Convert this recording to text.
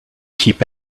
keep